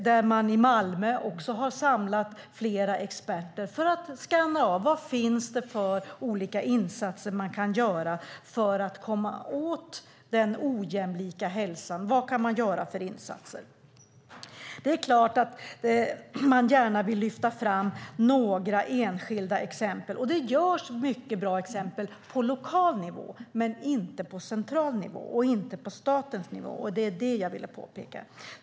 I Malmö har man också samlat flera experter för att skanna av vilka olika insatser man kan göra för att komma åt den ojämlika hälsan. Det är klart att man gärna vill lyfta fram några enskilda exempel. Det görs mycket bra på lokal nivå - men inte på central nivå och inte på statens nivå, vilket var det jag ville påpeka.